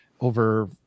over